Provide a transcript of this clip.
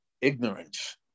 ignorance